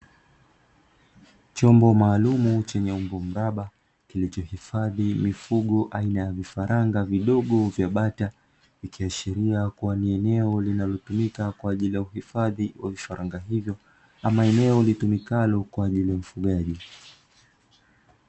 Chombo maalumu chenye umbo mraba kilichohifadhi mifugo aina ya vifaranga vidogo vya bata, ikiashiria kuwa ni eneo linalotumika kwa ajili uhifadhi vifaranga hivyo kama eneo litumikalo kwa ufugaji.